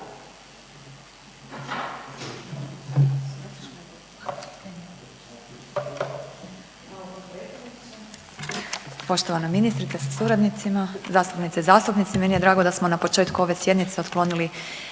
poštovana ministrice sa suradnicima, zastupnice i zastupnici. Meni je drago da smo na početku ove sjednice otklonili